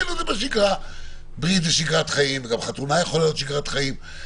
גם חתונה יכולה להיות שגרת חיים.